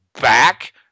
back